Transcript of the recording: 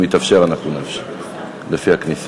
אם יתאפשר, אנחנו נאפשר, לפי הכניסה.